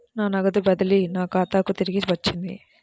నా నగదు బదిలీ నా ఖాతాకు తిరిగి వచ్చింది